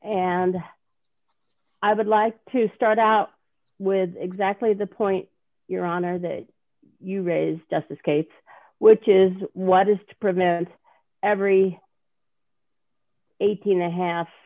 and i would like to start out with exactly the point your honor that you raised us this case which is what is to prevent every eighteen a half